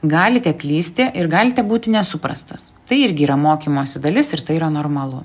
galite klysti ir galite būti nesuprastas tai irgi yra mokymosi dalis ir tai yra normalu